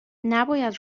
نباید